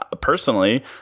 personally